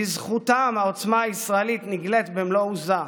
בזכותם העוצמה הישראלית נגלית במלוא עוזה.